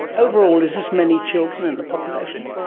overall is this many children in the population?